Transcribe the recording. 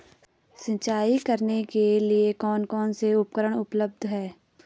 सिंचाई करने के लिए कौन कौन से उपकरण उपलब्ध हैं?